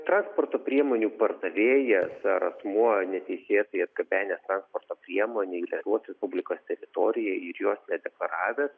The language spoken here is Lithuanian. transporto priemonių pardavėjas ar asmuo neteisėtai atgabenęs transporto priemonę į lietuvos respublikos teritoriją ir jos nedeklaravęs